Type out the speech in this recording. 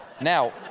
Now